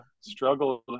struggled